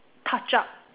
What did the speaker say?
touch up